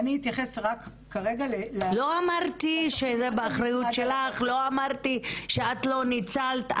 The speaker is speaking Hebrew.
לא אמרתי שזה באחריות שלך, לא אמרתי שאת לא ניצלת.